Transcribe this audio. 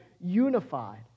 unified